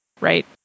right